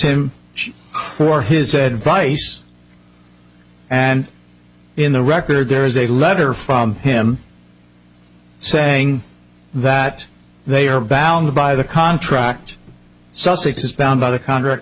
him for his advice and in the record there is a letter from him saying that they are bound by the contract sussex is bound by the contract